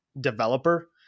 developer